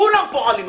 כולם פועלים,